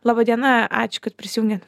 laba diena ačiū kad prisijungėt